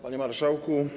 Panie Marszałku!